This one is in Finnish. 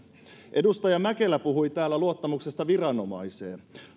edustaja mäkelä puhui täällä luottamuksesta viranomaiseen